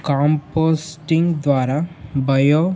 composting ద్వారా bio